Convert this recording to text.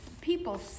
people